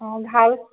অঁ ভাল